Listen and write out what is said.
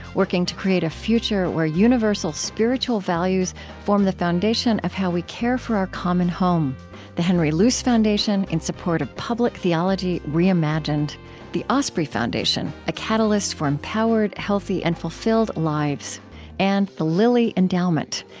working to create a future where universal spiritual values form the foundation of how we care for our common home the henry luce foundation, in support of public theology reimagined the osprey foundation, a catalyst for empowered, healthy, and fulfilled lives and the lilly endowment,